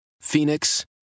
Phoenix